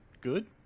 good